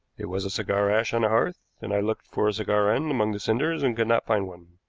it was a cigar ash on the hearth, and i looked for a cigar end among the cinders and could not find one.